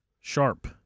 Sharp